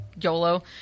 yolo